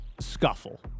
scuffle